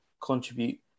contribute